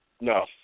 No